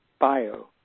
bio